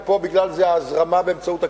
ופה זה הזרמה באמצעות הקרן.